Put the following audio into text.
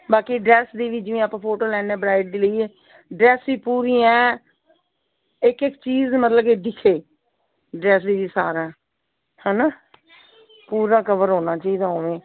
ਬਾਕੀ ਡਰੈੱਸ ਦੀ ਵੀ ਜਿਵੇਂ ਆਪਾਂ ਫੋਟੋ ਲੈਂਦੇ ਬਰਾਈਟ ਦੀ ਲਈਏ ਡਰੈੱਸ ਵੀ ਪੂਰੀ ਐਂ ਇੱਕ ਇੱਕ ਚੀਜ਼ ਮਤਲਬ ਕਿ ਦਿਖੇ ਡਰੈੱਸ ਵਿੱਚ ਸਾਰਾ ਹੈ ਨਾ ਪੂਰਾ ਕਵਰ ਹੋਣਾ ਚਾਹੀਦਾ ਉਵੇਂ